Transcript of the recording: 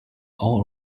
all